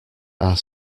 are